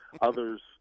others